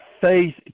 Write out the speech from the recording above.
faith